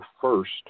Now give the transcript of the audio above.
first